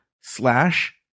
slash